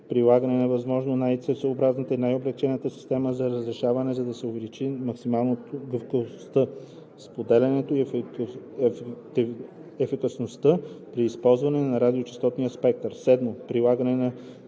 прилагане на възможно най-целесъобразната и най-облекчената система за разрешаване, за да се увеличат максимално гъвкавостта, споделянето и ефикасността при използването на радиочестотния спектър; 7. прилагане на